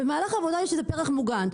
במהלך העבודה יש איזה פרח מוגן,